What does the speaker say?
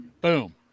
boom